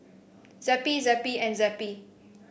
Zappy Zappy and Zappy